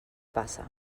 passa